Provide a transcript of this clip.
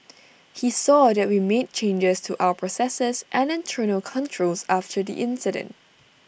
he saw that we made changes to our processes and internal controls after the incident